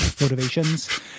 motivations